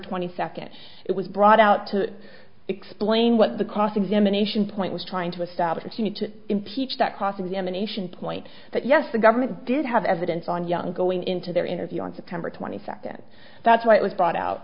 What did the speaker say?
twenty second it was brought out to explain what the cross examination point was trying to establish you need to impeach that cross examination point that yes the government did have evidence on young going into their interview on september twenty second that's why it was brought out